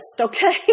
okay